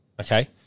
okay